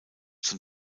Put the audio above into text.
zum